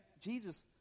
Jesus